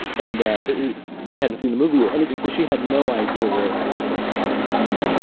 and yeah she hadn't seen the movie or anything, so she had no idea where this was coming from.